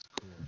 cool